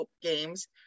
games